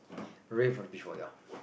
red for the beach ball ya